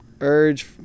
urge